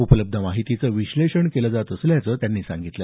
उपलब्ध माहितीचं विश्लेषण केलं जात असल्याचं त्यांनी सांगितलं